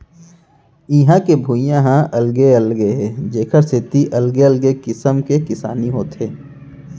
इहां के भुइंया ह अलगे अलगे हे जेखर सेती अलगे अलगे किसम के किसानी होथे